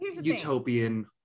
utopian